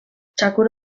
txakur